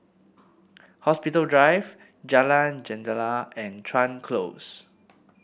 Hospital Drive Jalan Jendela and Chuan Close